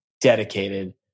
dedicated